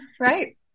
Right